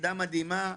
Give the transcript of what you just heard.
יחידה מדהימה,